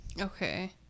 Okay